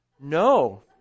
No